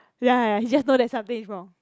ya ya he just know that something is wrong